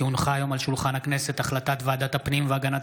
כי הונחה היום על שולחן הכנסת החלטת ועדת הפנים והגנת